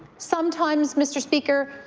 sometimes, mr. speaker,